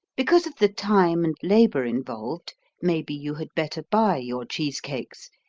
because of the time and labor involved maybe you had better buy your cheese cakes,